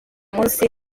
munsi